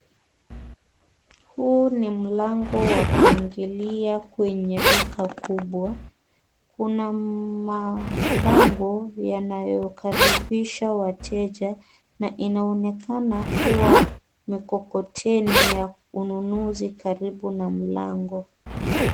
Huu ni mlango wa kuingilia kwenye duka kubwa kuna mabango yanayokaribisha wateja na inaonekana kuwa mkokoteni ya ununuzi karibu na mlango.